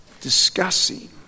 discussing